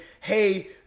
hey